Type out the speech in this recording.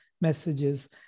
messages